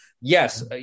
yes